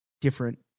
different